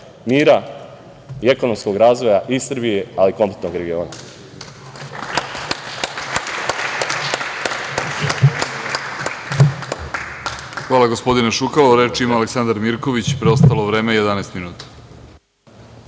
mira i ekonomskog razvoja i Srbije, ali i kompletnog regiona.